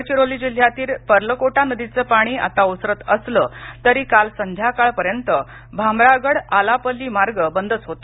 गडचिरोली जिल्ह्यातील पर्लकोटा नदीचं पाणी आता ओसरत असलं तरी काल संध्याकाळपर्यंत भामरागड आलापल्ली मार्ग बंदच होता